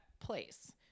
place